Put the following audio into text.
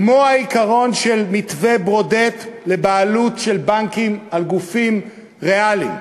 כמו העיקרון של מתווה ברודט לבעלות של בנקים על גופים ריאליים.